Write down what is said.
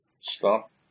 stop